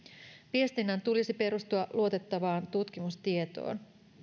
viestinnän tulisi perustua luotettavaan tutkimustietoon